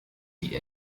die